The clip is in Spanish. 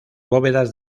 bóvedas